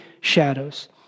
shadows